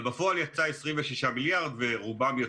קודם כל,